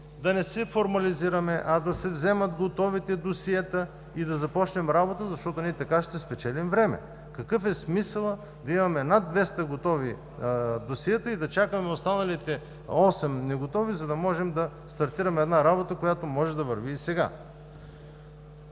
да не се формализираме, а да се вземат готовите досиета и да започнем работа, защото ние така ще спечелим време. Какъв е смисълът да имаме над 200 готови досиета и да чакаме останалите осем не готови, за да можем да стартираме една работа, която може да върви и сега?